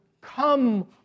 come